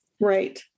Right